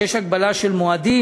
שיש בהם הגבלה של מועדים.